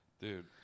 dude